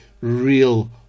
real